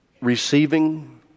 receiving